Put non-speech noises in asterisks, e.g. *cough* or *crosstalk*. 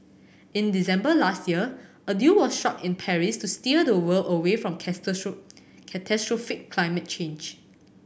in December last year a deal was struck in Paris to steer the world away from *unintelligible* catastrophic climate change